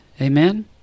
Amen